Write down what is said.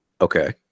okay